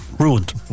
ruined